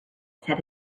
said